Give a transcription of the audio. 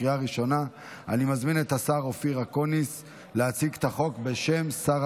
הצעת חוק שירות